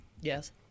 Yes